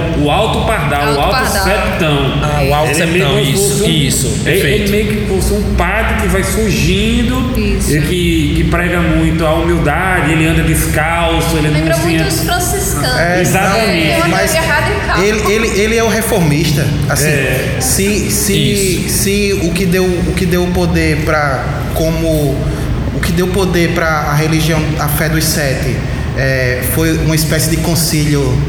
O Alto Pardal, Alto o Alto Pardal. Septão. Ah, É. o Alto Ele é meio Septão, isso, um- isso, ele- ele perfeito. meio que fosse um padre que vai surgindo Isso. e que- que prega muito a humildade, ele anda descalço, ele Lembra não tem- muito os franciscanos. É, Exatamente. não, Ele mas andava de errado em ca- ele- ele- ele é o reformista, assim, É. se- se- Isso. se o que deu- o que deu o poder pra- como- o que deu poder pra a religião, a fé dos sete, eh, foi uma espécie de concílio